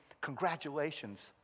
congratulations